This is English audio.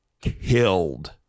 killed